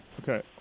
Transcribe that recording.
Okay